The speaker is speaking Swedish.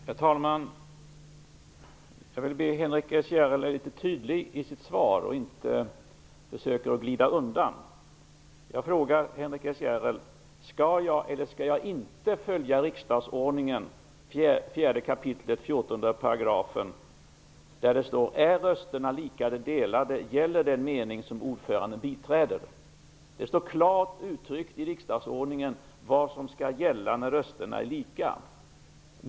Herr talman! Jag vill be Henrik S Järrel att vara litet tydligare i sitt svar och inte försöka att glida undan. Jag frågar Henrik S Järrel: Skall jag eller skall jag inte följa riksdagsordningen 4 kap. 14 § där det står att om rösterna är lika delade gäller den mening som ordföranden biträder? Det står klart uttryckt i riksdagsordningen vad som skall gälla när röstetalen är lika.